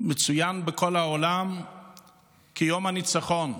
מצוין בכל העולם כיום הניצחון,